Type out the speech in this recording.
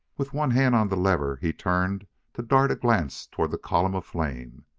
with one hand on the lever, he turned to dart a glance toward the column of flame.